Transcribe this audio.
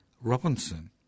Robinson